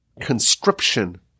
conscription